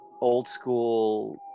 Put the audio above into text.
old-school